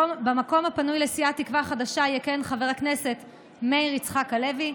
במקום הפנוי לסיעת תקווה חדשה יכהן חבר הכנסת מאיר יצחק הלוי,